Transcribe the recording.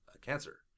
cancer